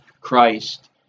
Christ